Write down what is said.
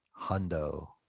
hundo